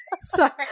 Sorry